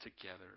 together